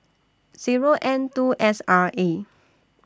Zero N two S R A